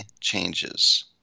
changes